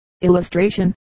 Illustration